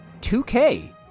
2K